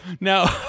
no